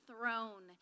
throne